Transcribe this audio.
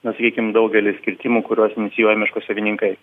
na sakykim daugelis kirtimų kuriuos inicijuoja miško savininkai